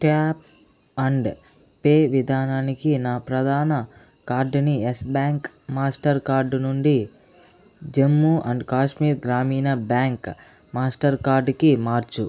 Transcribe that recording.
tap and pay విధానానికి నా ప్రధాన కార్డుని ఎస్ బ్యాంక్ మాస్టర్ కార్డు నుండి జమ్ము అండ్ కాశ్మీర్ గ్రామీణ బ్యాంక్ మాస్టర్ కార్డుకి మార్చు